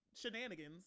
shenanigans